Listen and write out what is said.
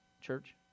church